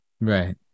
Right